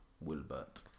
Wilbert